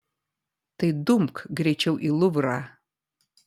tai dumk greičiau į luvrą